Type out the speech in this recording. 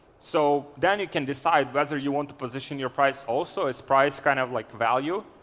so then it can decide whether you want to position your price also, as price kind of like value,